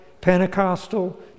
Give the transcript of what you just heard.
Pentecostal